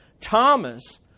Thomas